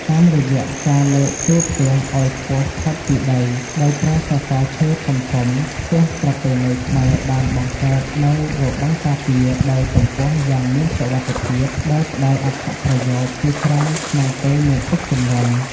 តាមរយៈការលើកតួផ្ទះឱ្យខ្ពស់ផុតពីដីដោយប្រើសសរឈើធំៗ ផ្ទះប្រពៃណីខ្មែរបានបង្កើតនូវរបាំងការពារដោយកម្ពស់យ៉ាងមានសុវត្ថិភាព ដែលផ្តល់អត្ថប្រយោជន៍ជាច្រើនក្នុងពេលមានទឹកជំនន់។